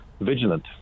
vigilant